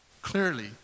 Clearly